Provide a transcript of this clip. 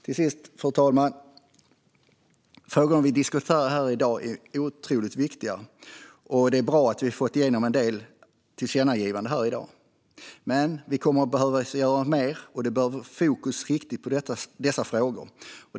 Till sist: De frågor som vi diskuterar här i dag är otroligt viktiga, och det är bra att vi nu får igenom en del tillkännagivanden. Men vi kommer att behöva göra mer, och det behövs ett fokus på riktigt på dessa frågor.